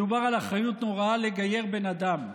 מדובר על אחריות נוראה לגייר בן אדם,